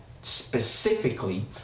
specifically